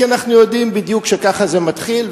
כי אנחנו יודעים בדיוק שככה זה מתחיל,